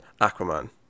Aquaman